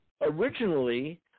originally